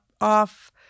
off